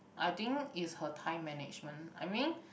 I think is her time management I mean